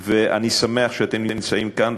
ואני שמח שאתם נמצאים כאן,